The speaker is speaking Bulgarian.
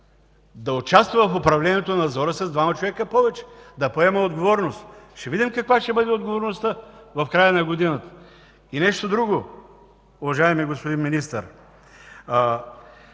да участва в управлението на Надзора с двама човека повече, да поема отговорност. Ще видим каква ще бъде отговорността в края на годината. И нещо друго, уважаеми господин Министър.